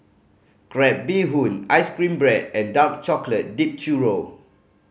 crab bee hoon ice cream bread and dark chocolate dipped churro